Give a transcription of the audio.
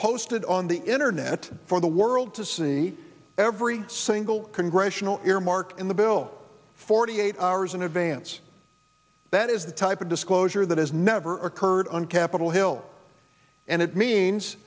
posted on the internet for the world to see every single congressional earmarks in the bill forty eight hours in advance that is the type of disclosure that has never occurred on capitol hill and it means